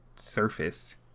surface